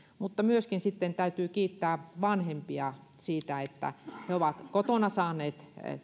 mutta myöskin sitten täytyy kiittää vanhempia siitä että he ovat kotona saaneet